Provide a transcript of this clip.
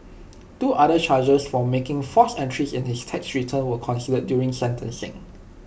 two other charges for making false entries in his tax returns were considered during sentencing